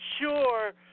sure